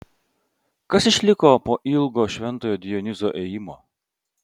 kas išliko po ilgo šventojo dionizo ėjimo